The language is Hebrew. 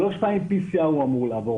שלוש פעמים PCR הוא אמור לעבור,